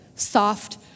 soft